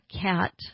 cat